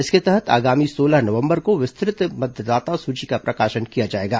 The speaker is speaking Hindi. इसके तहत आगामी सोलह नवंबर को विस्तृत मतदाता सूची का प्रकाशन किया जाएगा